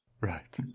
Right